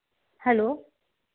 hello